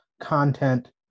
content